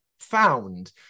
found